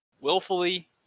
willfully